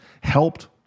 helped